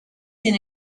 sin